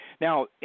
Now